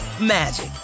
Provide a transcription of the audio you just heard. magic